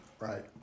Right